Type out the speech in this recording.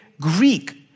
Greek